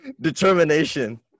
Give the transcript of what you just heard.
Determination